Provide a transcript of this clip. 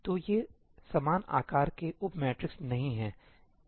तो ये समान आकार के उप मैट्रिक्स नहीं हैं